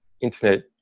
internet